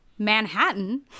Manhattan